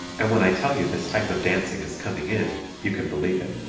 and when i tell you this type of dancing is coming in you can believe it.